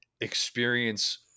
experience